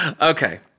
Okay